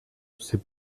c’est